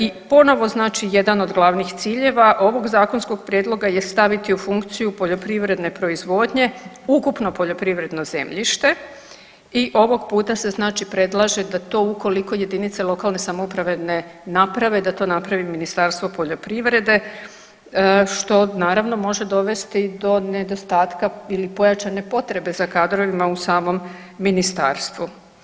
I ponovo znači jedan od glavnih ciljeva ovog zakonskog prijedloga je staviti u funkciju poljoprivredne proizvodnje ukupno poljoprivredno zemljište i ovog puta se predlaže da to ukoliko jedinice lokalne samouprave ne naprave da to napravi Ministarstvo poljoprivrede što naravno može dovesti do nedostatka ili pojačane potrebe za kadrovima u samom ministarstvu.